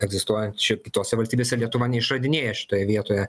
egzistuojančią kitose valstybėse lietuva neišradinėja šitoje vietoje